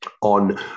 on